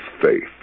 faith